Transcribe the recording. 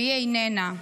והיא איננה.